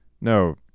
No